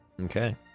Okay